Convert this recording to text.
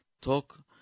Talk